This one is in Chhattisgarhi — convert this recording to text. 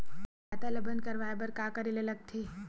खाता ला बंद करवाय बार का करे ला लगथे?